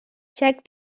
check